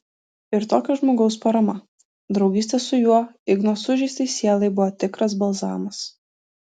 ir tokio žmogaus parama draugystė su juo igno sužeistai sielai buvo tikras balzamas